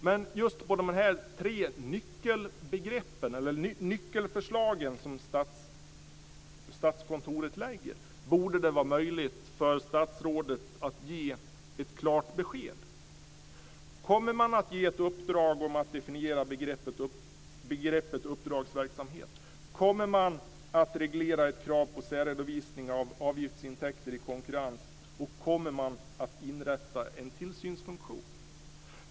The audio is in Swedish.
Men just när det gäller de här tre nyckelförslagen som Statskontoret lägger fram borde det vara möjligt för statsrådet att ge ett klart besked. Kommer man att ge ett uppdrag om att definiera begreppet uppdragsverksamhet? Kommer man att reglera ett krav på särredovisning av avgiftsintäkter i konkurrens? Kommer man att inrätta en tillsynsfunktion?